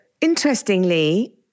Interestingly